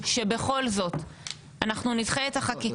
חשוב לי בכל זאת להביע את דעתי